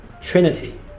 trinity